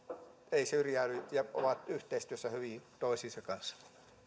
eivät syrjäydy ja ovat yhteistyössä hyvin toistensa kanssa